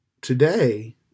today